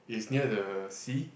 is near the sea